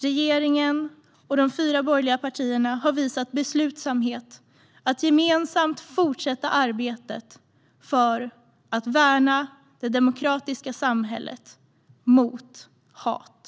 Regeringen och de fyra borgerliga partierna har visat beslutsamhet i att gemensamt fortsätta arbetet för att värna det demokratiska samhället mot hat.